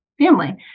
family